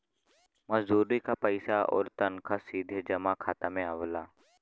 मजदूरी क पइसा आउर तनखा सीधे जमा खाता में आवला